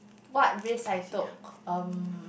what risk I took um